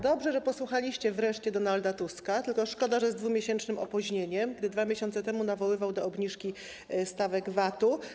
Dobrze, że posłuchaliście wreszcie Donalda Tuska - tylko szkoda, że z 2-miesięcznym opóźnieniem - który 2 miesiące temu nawoływał do obniżki stawek VAT.